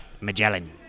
Magellan